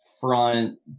front